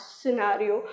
scenario